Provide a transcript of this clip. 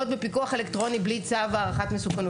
בפיקוח אלקטרוני בלי צו הערכת מסוכנות.